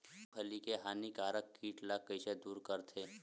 मूंगफली के हानिकारक कीट ला कइसे दूर करथे?